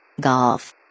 Golf